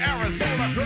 Arizona